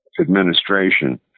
administration